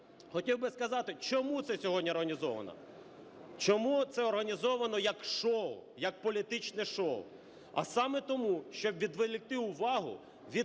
хотів би сказати, чому це все сьогодні організовано, чому це організовано як шоу, як політичне шоу. А саме тому, щоб відволікти увагу від